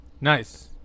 Nice